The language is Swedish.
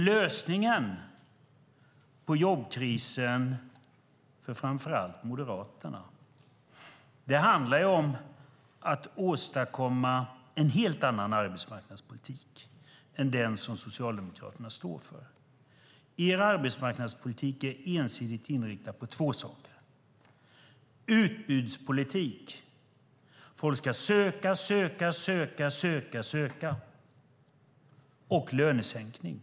Lösningen på jobbkrisen för framför allt Moderaterna handlar om att åstadkomma en helt annan arbetsmarknadspolitik än den som Socialdemokraterna står för. Er arbetsmarknadspolitik är ensidigt inriktad två saker. Det är utbudspolitik - människor ska söka, söka, söka och söka - och lönesänkning.